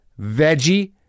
veggie